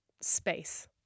space